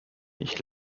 ich